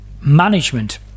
management